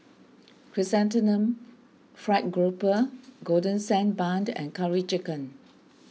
Chrysanthemum Fried Grouper Golden Sand Bun and Curry Chicken